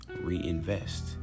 reinvest